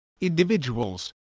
individuals